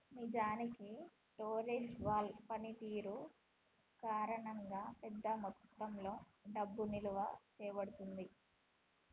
నిజానికి storage wall పనితీరు కారణంగా పెద్ద మొత్తంలో డబ్బు నిలువ చేయబడుతుంది